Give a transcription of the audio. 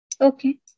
Okay